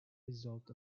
result